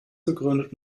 gegründet